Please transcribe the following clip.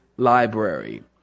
library